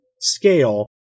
scale